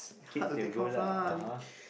kids they will lah (uh huh)